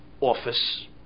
office